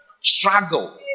Struggle